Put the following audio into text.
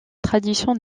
tradition